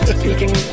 speaking